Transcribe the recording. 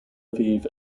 aviv